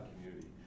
community